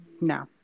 No